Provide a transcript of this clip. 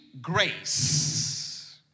grace